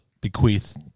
bequeathed